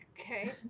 Okay